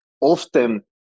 often